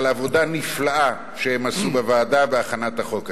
על עבודה נפלאה שהם עשו בוועדה בהכנת החוק הזה.